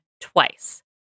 twice